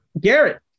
Garrett